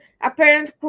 apparent